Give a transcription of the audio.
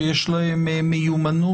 שיש להם מיומנות,